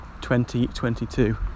2022